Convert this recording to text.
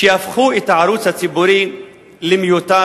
שהפכו את הערוץ הציבורי למיותר.